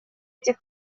этих